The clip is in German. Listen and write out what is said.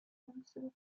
jüngste